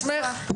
מה שמך?